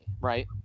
right